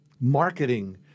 marketing